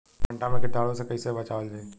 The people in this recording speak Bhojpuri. भनटा मे कीटाणु से कईसे बचावल जाई?